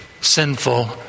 sinful